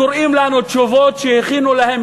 קוראים לנו תשובות שהכינו להם,